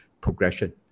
progression